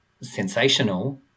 sensational